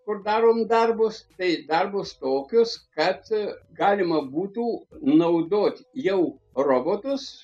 kur darom darbus tai darbus tokius kad galima būtų naudot jau robotus